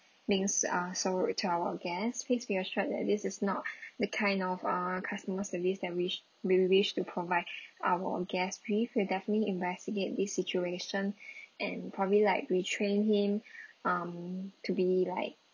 being s~ uh so rude to our guest please be assured that this is not the kind of uh customer service that which we wish to provide our guest with we'll definitely investigate this situation and probably likely retrain him um to be like